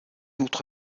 autre